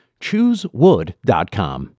Choosewood.com